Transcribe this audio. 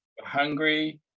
Hungry